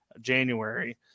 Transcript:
January